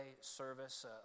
service